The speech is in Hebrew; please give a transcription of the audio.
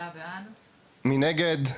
מי נגד?